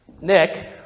Nick